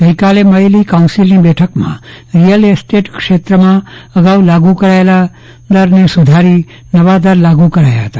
ગઈકાલે મળેલી કાઉન્સીલની બેઠકમાં રિયલ એસ્ટેટ ક્ષેત્રમાં અગાઉ લાગુ કરાયેલા દરને સુધારી નવા દર લાગુ કરાયા હતા